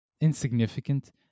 insignificant